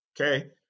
Okay